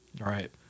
Right